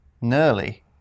Nearly